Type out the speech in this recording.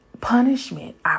punishment